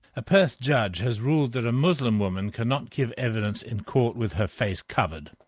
a perth judge has ruled that a muslim woman cannot give evidence in court with her face covered.